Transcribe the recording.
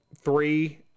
three